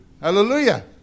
Hallelujah